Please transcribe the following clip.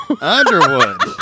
Underwood